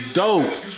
dope